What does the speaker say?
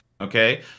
Okay